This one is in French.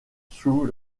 sous